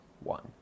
one